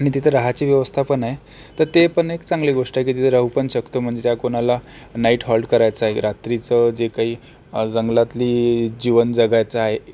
आणि तिथं राहायची व्यवस्थापण आहे तर ते पण एक चांगली गोष्ट आहे की तिथे राहूपण शकतो म्हणजे कोणाला नाईट हॉल्ट करायचा आहे रात्रीचं जे काही जंगलातली जीवन जगायचं आहे